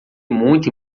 muito